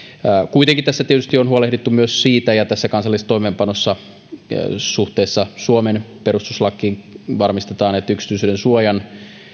kuitenkin tässä tietysti on huolehdittu myös siitä ja tässä kansallisessa toimeenpanossa varmistetaan suhteessa suomen perustuslakiin se että yksityisyydensuojan